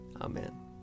Amen